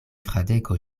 fradeko